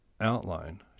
outline